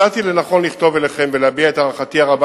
מצאתי לנכון לכתוב אליכם ולהביע את הערכתי הרבה